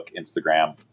Instagram